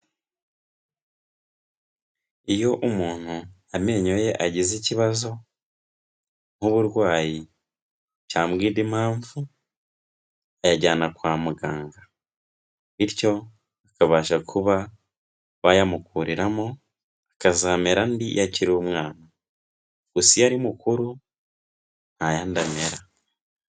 Iyo umuntu amenyo ye agize ikibazo, nk'uburwayi cyangwa indi impamvu, ayajyana kwa muganga. Bityo bakabasha kuba bayamukuriramo, akazamera andi iyo akiri umwana, gusa iyo ari mukuru ntayandi amera.